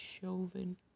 Chauvin